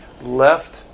left